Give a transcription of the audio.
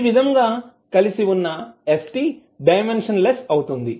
ఈ విధంగా కలిసి వున్నా st డైమెన్షన్ లెస్ అవుతుంది